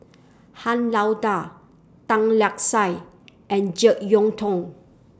Han Lao DA Tan Lark Sye and Jek Yeun Thong